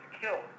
killed